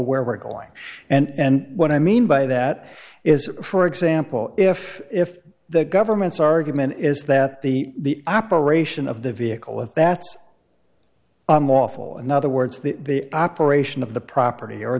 where we're going and what i mean by that is for example if if the government's argument is that the operation of the vehicle that's unlawful in other words the operation of the property or